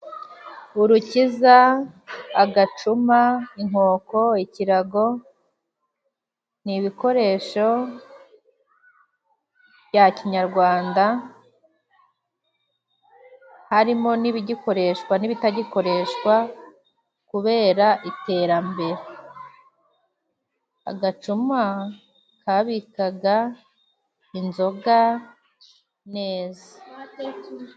Urukiza, agacuma, inkoko, ikirago ni ibikoresho bya kinyarwanda, harimo n'ibigikoreshwa n'ibitagikoreshwa kubera iterambere. Agacuma kabikaga inzoga neza.